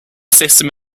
system